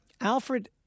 Alfred